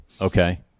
Okay